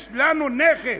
יש לנו נכס,